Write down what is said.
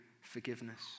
Forgiveness